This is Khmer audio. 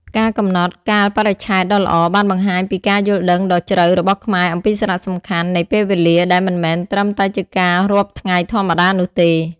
ការកំណត់កាលបរិច្ឆេទដ៏ល្អបានបង្ហាញពីការយល់ដឹងដ៏ជ្រៅរបស់ខ្មែរអំពីសារៈសំខាន់នៃពេលវេលាដែលមិនមែនត្រឹមតែជាការរាប់ថ្ងៃធម្មតានោះទេ។